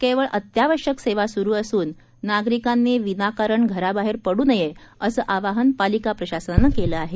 केवळ अत्यावश्यक सेवा सुरू असून नागरिकांनी विनाकारण घराबाहेर पडू नये असं आवाहन पालिका प्रशासनानं केलं आहे